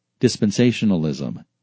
dispensationalism